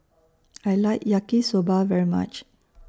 I like Yaki Soba very much